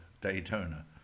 daytona